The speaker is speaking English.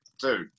dude